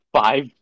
five